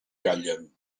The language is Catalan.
callen